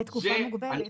לתקופה מוגבלת.